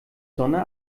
sonne